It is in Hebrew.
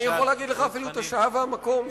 אני יכול אפילו להגיד לך את השעה והמקום.